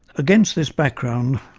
against this background,